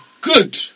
good